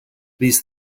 these